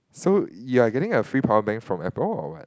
so you're getting a free power bank from Apple or what